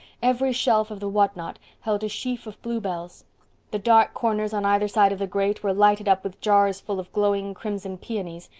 every shelf of the what-not held a sheaf of bluebells the dark corners on either side of the grate were lighted up with jars full of glowing crimson peonies,